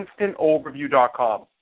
instantoverview.com